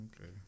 Okay